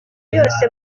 yose